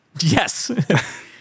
Yes